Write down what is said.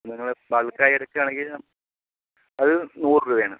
നിങ്ങൾ ബൾക്കായി എടുക്കുകയാണെങ്കിൽ അതെ നൂറ് രൂപയാണ്